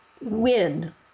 win